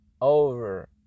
over